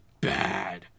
bad